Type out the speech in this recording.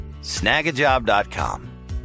snagajob.com